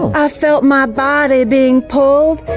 i felt my body being pulled,